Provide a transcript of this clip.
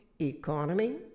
economy